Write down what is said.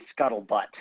scuttlebutt